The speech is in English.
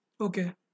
Okay